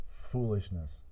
foolishness